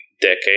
decade